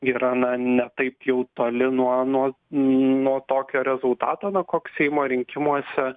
yra na ne taip jau toli nuo nuo tokio rezultato na koks seimo rinkimuose